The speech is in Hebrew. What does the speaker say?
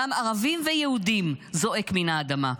דם ערבים ויהודים זועק מן האדמה,